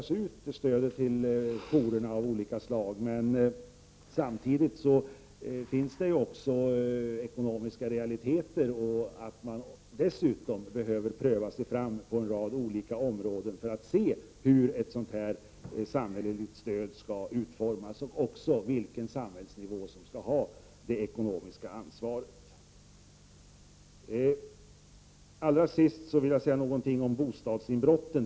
Stödet till jourerna behöver byggas ut. Samtidigt finns det också ekonomiska realiteter att ta hänsyn till. Dessutom behöver man pröva sig fram på olika områden för att kunna ta ställning till hur det samhälleliga stödet skall utformas och även vilken del av samhället som skall ha det ekonomiska ansvaret. Allra sist vill jag säga några ord om bostadsinbrotten.